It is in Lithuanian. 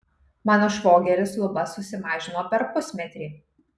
mano švogeris lubas susimažino per pusmetrį